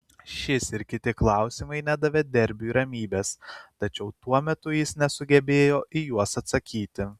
šis ir kiti klausimai nedavė derbiui ramybės tačiau tuo metu jis nesugebėjo į juos atsakyti